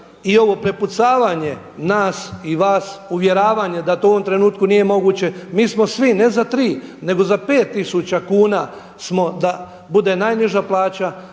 i ovo prepucavanje nas i vas uvjeravanje da to u ovom trenutku nije moguće, mi smo svi ne za tri nego za pet tisuća kuna smo da bude najniža plaća,